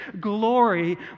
glory